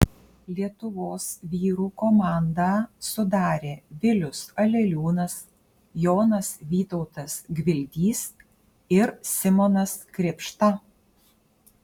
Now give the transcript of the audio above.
lietuvos vyrų komandą sudarė vilius aleliūnas jonas vytautas gvildys ir simonas krėpšta